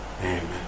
Amen